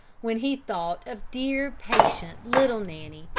when he thought of dear, patient, little nanny,